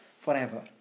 forever